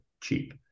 cheap